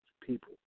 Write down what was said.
people